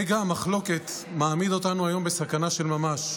נגע המחלוקת מעמיד אותנו היום בסכנה של ממש.